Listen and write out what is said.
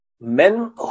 men